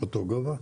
אותו גובה?